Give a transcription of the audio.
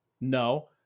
No